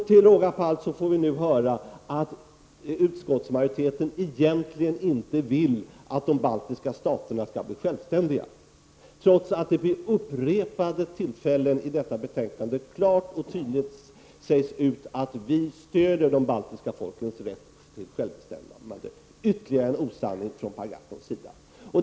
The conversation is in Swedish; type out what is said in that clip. Till råga på allt får vi nu höra att utskottsmajoriteten egentligen inte vill att de baltiska staterna skall bli självständiga, trots att det vid upprepade tillfällen i detta betänkande sägs att vi stöder de baltiska folkens rätt till självbestämmande. Ytterligare en osanning från Per Gahrtons sida.